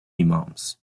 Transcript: imams